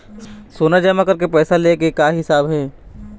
सोना जमा करके पैसा ले गए का हिसाब हे?